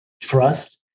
trust